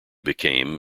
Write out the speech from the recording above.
became